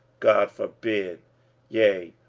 god forbid yea,